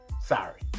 Sorry